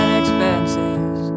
expenses